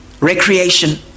recreation